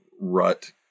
rut